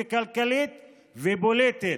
כלכלית ופוליטית